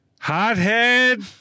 Hothead